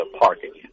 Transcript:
parking